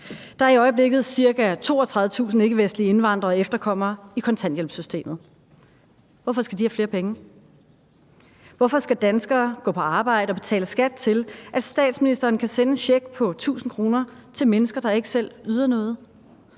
Der er i øjeblikket ca. 32.000 ikkevestlige indvandrere og efterkommere i kontanthjælpssystemet. Hvorfor skal de have flere penge? Hvorfor skal danskere gå på arbejde og betale skat til, at statsministeren kan sende en check på 1.000 kr. til mennesker, der ikke selv yder noget